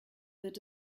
wird